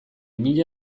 mila